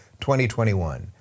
2021